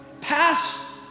Pass